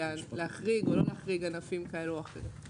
להחריג או לא להחריג ענפים כאלה או אחרים.